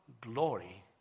glory